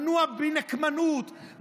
מונע מנקמנות,